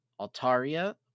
Altaria